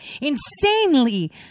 insanely